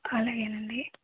అలాగేనండి